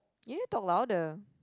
you need talk louder